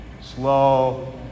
Slow